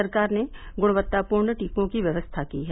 सरकार ने गुणवत्तापूर्ण टीकों की व्यवस्था की है